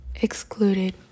excluded